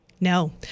No